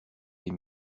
des